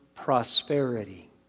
Prosperity